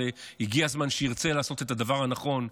והגיע הזמן שהבית הזה ירצה לעשות את הדבר הנכון,